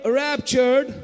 raptured